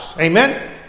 Amen